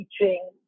teaching